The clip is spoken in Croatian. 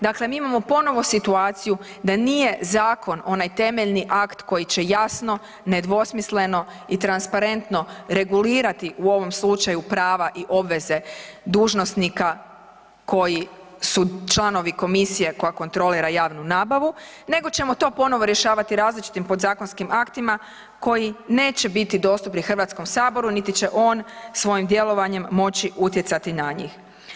Dakle, mi imamo ponovo situaciju da nije zakon onaj temeljni akt koji će jasno, nedvosmisleno i transparentno regulirati u ovom slučaju prava i obveze dužnosnika koji su članovi komisije koja kontrolira javnu nabavu, nego ćemo to ponovo rješavati različitim podzakonskim aktima koji neće biti dostupni Hrvatskom saboru niti će on svojim djelovanjem moći utjecati na njih.